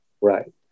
Right